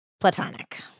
platonic